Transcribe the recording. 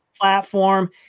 platform